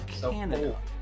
Canada